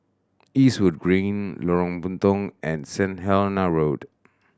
Eastwood Green Lorong Puntong and Saint Helena Road